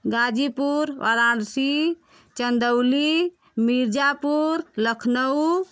Ghazipur Varanasi Chandauli Mirzapur Lucknow